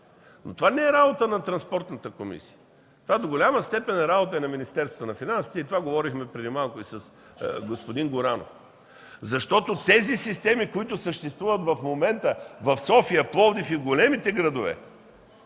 ? Това не е работа на Транспортната комисия. Това до голяма степен е работа на Министерството на финансите и преди малко това говорихме и с господин Горанов. Системите, които съществуват в момента в София, Пловдив и в големите градове